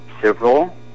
civil